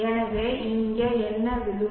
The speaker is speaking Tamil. எனவே இங்கே என்ன விழும்